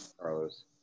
Carlos